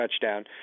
touchdown